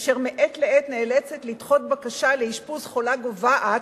אשר מעת לעת נאלצת לדחות בקשה לאשפוז חולה גוועת,